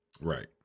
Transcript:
Right